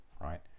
right